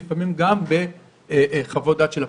לפעמים גם בחוות דעת של הפרקליטות.